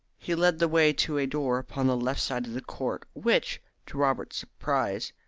he led the way to a door upon the left side of the court, which, to robert's surprise,